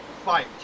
fight